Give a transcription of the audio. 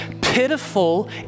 pitiful